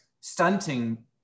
stunting